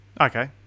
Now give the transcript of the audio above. Okay